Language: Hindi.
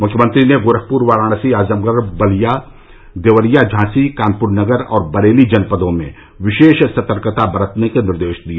मुख्यमंत्री ने गोरखपुर वाराणसी आजमगढ़ बलिया देवरिया झांसी कानपुर नगर और बरेली जनपदों में विशेष सतर्कता बरतने के निर्देश दिए